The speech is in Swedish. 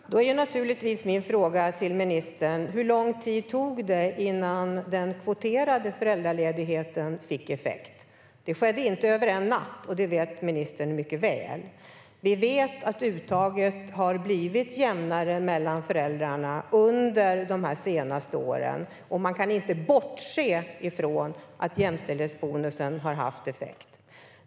Fru talman! Då är naturligtvis min fråga till ministern: Hur lång tid tog det innan den kvoterade föräldraledigheten fick effekt? Det skedde inte över en natt, och det vet ministern mycket väl. Vi vet att uttaget har blivit jämnare mellan föräldrarna under de senaste åren, och man kan inte bortse från att jämställdhetsbonusen har haft effekt.